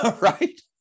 Right